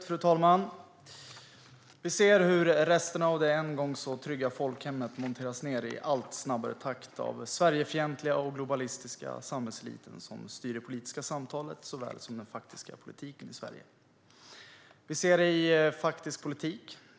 Fru talman! Vi ser hur resterna av det en gång så trygga folkhemmet monteras ned i allt snabbare takt av den Sverigefientliga och globalistiska samhällseliten som styr det politiska samtalet såväl som den faktiska politiken i Sverige. Vi ser detta i faktisk politik.